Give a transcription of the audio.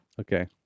Okay